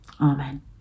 Amen